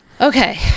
Okay